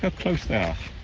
close they